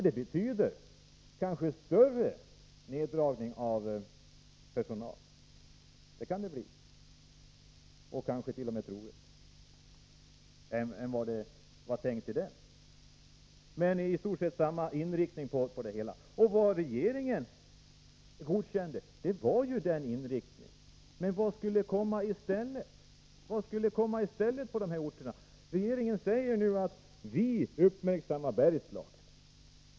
Det kanske betyder större neddragning av personalstyrkan. Regeringen har ju godkänt en sådan inriktning. Men vad skulle komma i stället på dessa orter? Regeringen säger nu att man uppmärksammar Bergslagen.